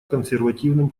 консервативным